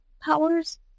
powers